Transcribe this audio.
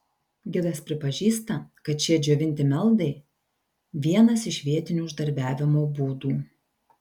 gidas pripažįsta kad šie džiovinti meldai vienas iš vietinių uždarbiavimo būdų